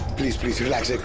please please relax. like